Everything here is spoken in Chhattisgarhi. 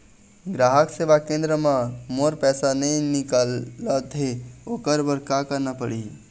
ग्राहक सेवा केंद्र म मोर पैसा नई निकलत हे, ओकर बर का करना पढ़हि?